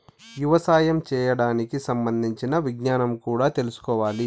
యవసాయం చేయడానికి సంబంధించిన విజ్ఞానం కూడా తెల్సుకోవాలి